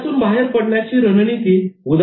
यातून बाहेर पडण्याची रणनीती उदा